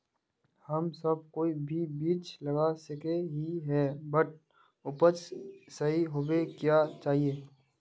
हम सब कोई भी बीज लगा सके ही है बट उपज सही होबे क्याँ चाहिए?